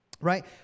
Right